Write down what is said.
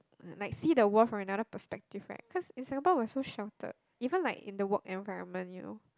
like see the world with another perspective right because in Singapore was so sheltered even like in the walk environment you